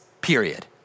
period